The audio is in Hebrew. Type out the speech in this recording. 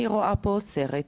אני רואה פה סרט.